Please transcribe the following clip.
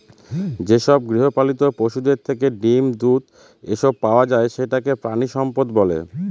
যেসব গৃহপালিত পশুদের থেকে ডিম, দুধ, এসব পাওয়া যায় সেটাকে প্রানীসম্পদ বলে